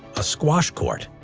a squash court,